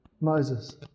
Moses